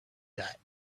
that